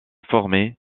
formées